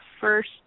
first